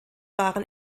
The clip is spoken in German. waren